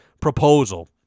proposal